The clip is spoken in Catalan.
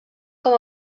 com